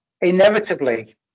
Inevitably